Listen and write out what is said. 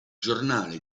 giornale